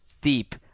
deep